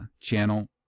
channel